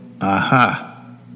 aha